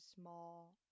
small